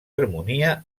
harmonia